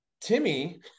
timmy